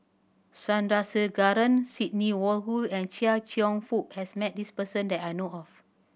Sandrasegaran Sidney Woodhull and Chia Cheong Fook has met this person that I know of